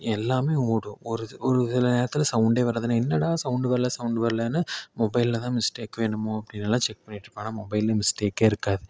எல்லாமே ஓடும் ஒரு இது ஒரு இதில் நேரத்தில் சவுண்டே வராது என்னடா சவுண்டு வரல சவுண்டு வரலன்னு மொபைலில் தான் மிஸ்டேக்கோ என்னமோ அப்படினலாம் செக் பண்ணிகிட்டு இருப்பேன் ஆனால் மொபைலில் மிஸ்டேக்கே இருக்காது